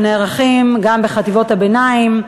שנערכים גם בחטיבות הביניים,